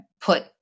put